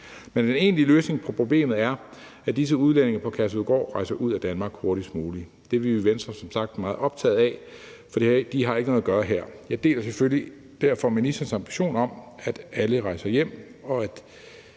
Men den egentlige løsning på problemet er, at disse udlændinge på Kærshovedgård rejser ud af Danmark hurtigst muligt. Det er vi i Venstre som sagt meget optagede af, for de har ikke noget at gøre her. Jeg deler selvfølgelig derfor ministerens ambition om, at alle rejser hjem, og at